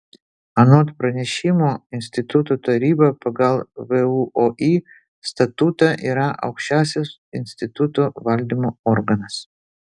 anot pranešimo instituto taryba pagal vuoi statutą yra aukščiausias instituto valdymo organas